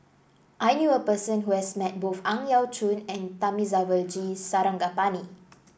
I knew a person who has met both Ang Yau Choon and Thamizhavel G Sarangapani